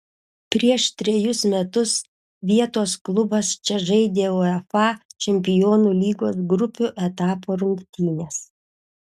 prieš trejus metus vietos klubas čia žaidė uefa čempionų lygos grupių etapo rungtynes